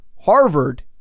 Harvard